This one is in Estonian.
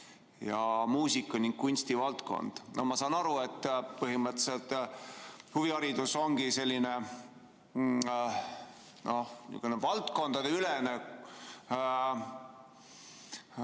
ja muusika ja kunstivaldkond. Ma saan aru, et põhimõtteliselt huviharidus on selline valdkondadeülene